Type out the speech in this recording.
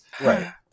Right